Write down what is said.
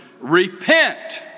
repent